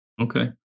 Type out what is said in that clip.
Okay